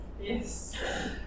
Yes